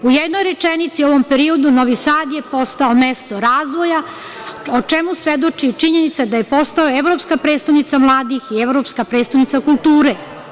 U jednoj rečenici, u ovom periodu Novi Sad je postao mesto razvoja, o čemu svedoči činjenica da je postao evropska prestonica mladih i evropska prestonica kulture.